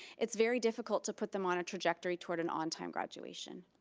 it's very difficult to put them on a trajectory toward an on time graduation.